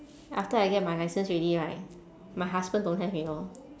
after I get my licence already right my husband don't have you know